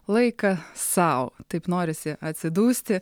laiką sau taip norisi atsidūsti